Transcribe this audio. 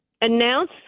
announce